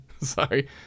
Sorry